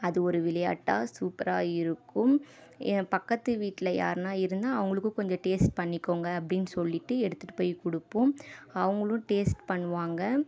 அது ஒரு விளையாட்டா சூப்பராக இருக்கும் என் பக்கத்து வீட்டில் யார்னா இருந்தால் அவங்களுக்கும் கொஞ்சம் டேஸ்ட் பண்ணிக்கோங்க அப்படின்னு சொல்லிகிட்டு எடுத்துகிட்டு போய் கொடுப்போம் அவங்களும் டேஸ்ட் பண்ணுவாங்கள்